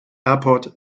airport